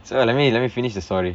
so let me let me finish the story